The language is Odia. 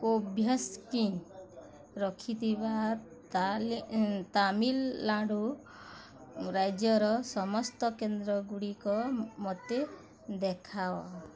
କୋଭ୍ୟାକ୍ସିନ୍ ରଖିଥିବା ତାମିଲନାଡ଼ୁ ରାଜ୍ୟର ସମସ୍ତ କେନ୍ଦ୍ରଗୁଡ଼ିକ ମୋତେ ଦେଖାଅ